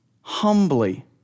humbly